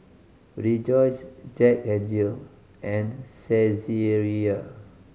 Rejoice Jack N Jill and Saizeriya